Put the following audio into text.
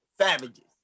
savages